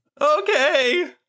Okay